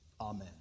Amen